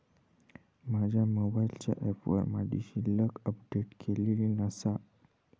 माझ्या मोबाईलच्या ऍपवर माझी शिल्लक अपडेट केलेली नसा